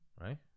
right